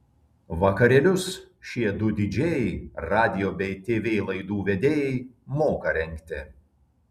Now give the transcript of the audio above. vakarėlius šie du didžėjai radijo bei tv laidų vedėjai moka rengti